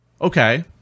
Okay